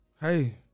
hey